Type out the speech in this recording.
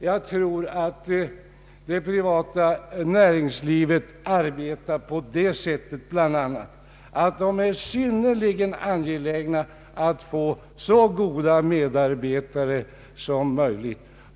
Jag tror för min del att det privata näringslivet arbetar på det sättet att man är synnerligen angelägen om att få så goda medarbetare som möjligt.